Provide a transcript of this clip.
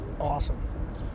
awesome